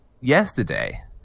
yesterday